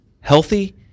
healthy